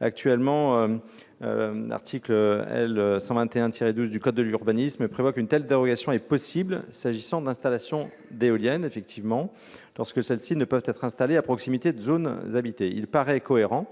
Actuellement, l'article L. 121-12 du code de l'urbanisme prévoit qu'une telle dérogation est possible s'agissant d'installations éoliennes, lorsque celles-ci ne peuvent être installées à proximité de zones habitées. Il paraît cohérent,